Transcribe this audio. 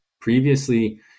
Previously